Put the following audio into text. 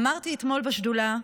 אמרתי אתמול בשדולה,